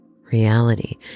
reality